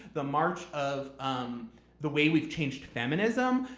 the march of um the way we've changed feminism.